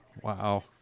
Wow